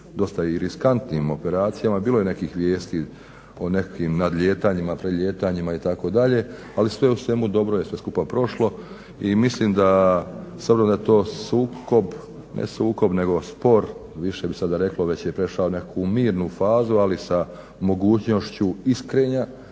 dosta i riskantnim operacijama, bilo je nekih vijesti o nekakvim nadlijetanjima, prelijetanjima itd., ali sve u svemu dobro je sve skupa prošlo. I mislim da s obzirom da je to sukob, ne sukob nego spor više bi se sada reklo već je prešao u nekakvu mirnu fazu ali sa mogućnošću iskrenja